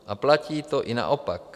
A platí to i naopak.